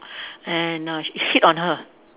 and uh it hit on her